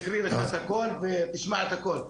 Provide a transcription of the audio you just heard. יקריא לך את הכל ותשמע את הכל.